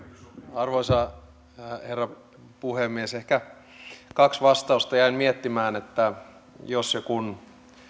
arvoisa herra puhemies ehkä kaksi vastausta jäin miettimään jos ja kun